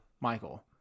Michael